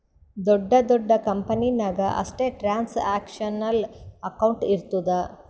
ದೊಡ್ಡ ದೊಡ್ಡ ಕಂಪನಿ ನಾಗ್ ಅಷ್ಟೇ ಟ್ರಾನ್ಸ್ಅಕ್ಷನಲ್ ಅಕೌಂಟ್ ಇರ್ತುದ್